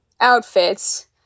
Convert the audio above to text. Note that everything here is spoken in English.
outfits